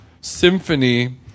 symphony